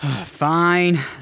Fine